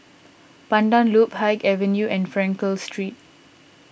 Pandan Loop Haig Avenue and Frankel Street